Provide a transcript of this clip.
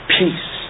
peace